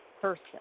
person